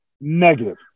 Negative